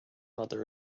other